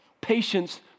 Patience